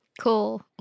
cool